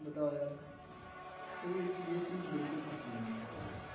بتاؤ یار مجھے اس یہ چیز بالکل پسند نہیں ہے